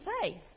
faith